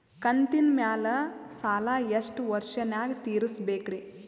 ಕಂತಿನ ಮ್ಯಾಲ ಸಾಲಾ ಎಷ್ಟ ವರ್ಷ ನ್ಯಾಗ ತೀರಸ ಬೇಕ್ರಿ?